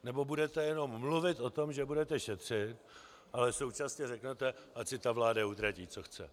Nebo budete jenom mluvit o tom, že budete šetřit, ale současně řeknete: ať si ta vláda utratí, co chce.